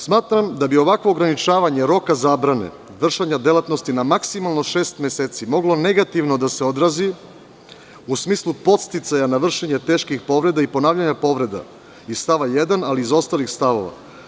Smatram da bi ovakvo ograničavanje roka zabrane vršenja delatnosti na maksimalno šest meseci moglo negativno da se odrazi u smislu podsticaja na vršenje teških povreda i ponavljanja povreda iz stava 1. ali i iz ostalih stavova.